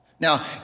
Now